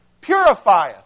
purifieth